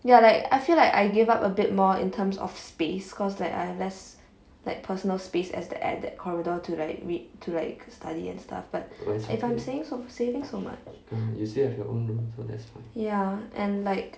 ya like I feel like I gave up a bit more in terms of space because I have less like personal space as the added corridor to like read to like study and stuff but if I'm saving so saving so much ya and like